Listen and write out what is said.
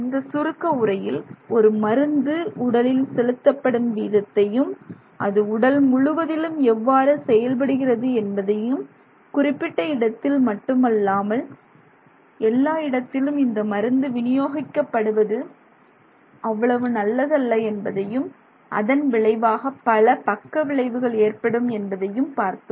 இந்த சுருக்கவுரையில் ஒரு மருந்து உடலில் செலுத்தப்படும் விதத்தையும் அது உடல் முழுவதிலும் எவ்வாறு செயல்படுகிறது என்பதையும் குறிப்பிட்ட இடத்தில் மட்டுமல்லாமல் எல்லா இடத்திலும் இந்த மருந்து விநியோகிக்கப்படுவது அவ்வளவு நல்லது அல்ல என்பதையும் அதன் விளைவாக பல பக்கவிளைவுகள் ஏற்படும் என்பதையும் பார்த்தோம்